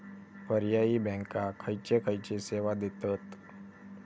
पर्यायी बँका खयचे खयचे सेवा देतत?